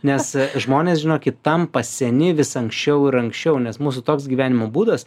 nes žmonės žinokit tampa seni vis anksčiau ir anksčiau nes mūsų toks gyvenimo būdas